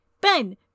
Ben